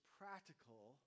practical